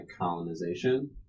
colonization